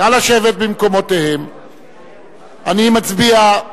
אני מצביע.